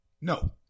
no